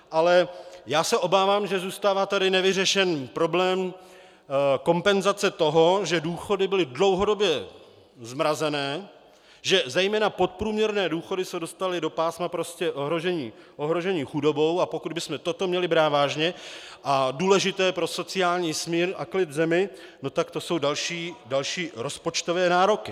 Ale já se obávám, že zůstává tady nevyřešen problém kompenzace toho, že důchody byly dlouhodobě zmrazené, že zejména podprůměrné důchody se dostaly do pásma ohrožení chudobou, a pokud bychom toto měli brát vážně a důležité pro sociální smír a klid v zemi, tak to jsou další rozpočtové nároky.